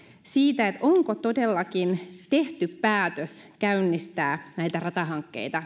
siitä onko todellakin tehty päätös käynnistää näitä ratahankkeita